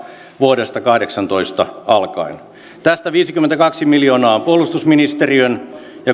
vuodesta kahdeksantoista alkaen tästä viisikymmentäkaksi miljoonaa on puolustusministeriön ja